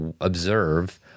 observe